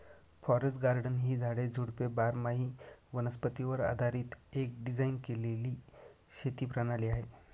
forest garden ही झाडे, झुडपे बारामाही वनस्पतीवर आधारीत एक डिझाइन केलेली शेती प्रणाली आहे